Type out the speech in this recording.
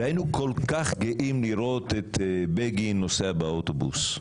והיינו כל כך גאים לראות את בגין נוסע באוטובוס,